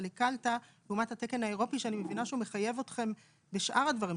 אבל הקלת לעומת התקן האירופי שאני מבינה שהוא מחייב אתכם בשאר הדברים,